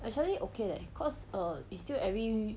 actually okay leh cause err is still every